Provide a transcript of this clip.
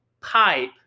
pipe